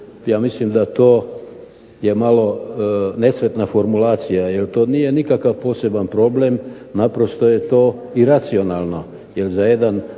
Ja mislim da to je malo nesretna formulacija jer to nije nikakav poseban problem, naprosto je to i racionalno jer za jedan